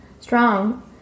strong